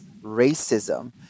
racism